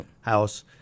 house